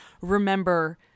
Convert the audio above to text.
remember